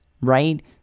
right